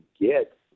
get